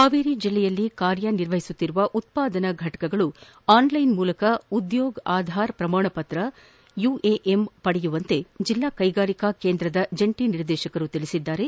ಹಾವೇರಿ ಜಲ್ಲೆಯಲ್ಲಿ ಕಾರ್ಯನಿರ್ವಹಿಸುತ್ತಿರುವ ಉತ್ಪಾದನಾ ಘಟಕಗಳು ಆನಲೈನ್ ಮೂಲಕ ಉದ್ಯೋಗ್ ಆಧಾರ್ ಪ್ರಮಾಣ ಪತ್ರ ಯುಎಎಂ ಪಡೆಯುವಂತೆ ಜಿಲ್ಲಾ ಕೈಗಾರಿಕಾ ಕೇಂದ್ರದ ಜಂಟಿ ನಿರ್ದೇಶಕರು ತಿಳಿಸಿದ್ದಾರೆ